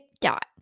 dot